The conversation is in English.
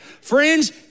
friends